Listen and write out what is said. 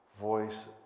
voice